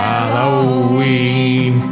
Halloween